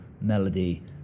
melody